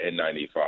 n95